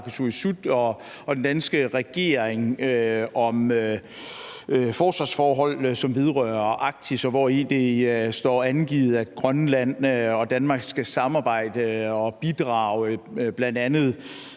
og den danske regering om forsvarsforhold, som vedrører Arktis, hvori det står angivet, at Grønland og Danmark skal samarbejde og bidrage bl.a.